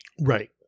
Right